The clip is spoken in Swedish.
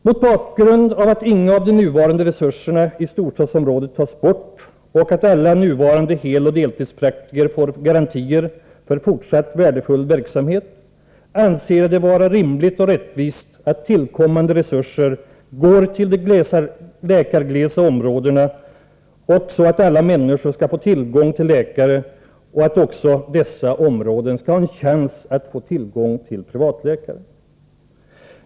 Mot bakgrund av att inga av de nuvarande resurserna i storstadsområdet tas bort och att alla nuvarande heloch deltidspraktiker får garantier för fortsatt värdefull verksamhet, anser jag det vara rimligt och rättvist att tillkommande resurser går till de läkarglesa områdena och att alla människor skall få tillgång till läkare och att också dessa områden skall ha en chans att få tillgång till privatläkare.